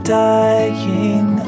dying